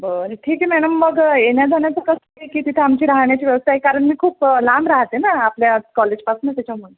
बरं ठीक आहे मॅनम मग येण्याजाण्याचं कसं आहे की तिथं आमची राहण्याची व्यवस्था आहे कारण मी खूप लांब राहते ना आपल्या कॉलेजपासून त्याच्यामुळं